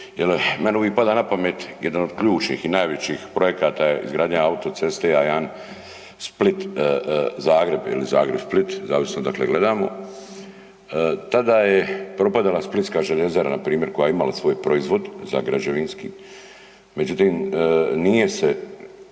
meni uvijek pada napamet jedan od ključnih i najvećih projekata izgradnja autoceste A1 Split – Zagreb ili Zagreb – Split zavisno odakle gledamo. Tada je propadala splitska željezara npr. koja je imala svoj proizvod za građevinski, međutim nije se